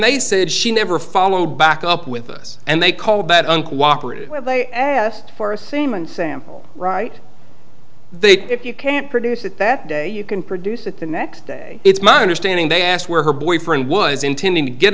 they said she never followed back up with us and they called bet uncooperative when they asked for same and sample right they if you can't produce it that day you can produce it the next day it's my understanding they asked where her boyfriend was intending to get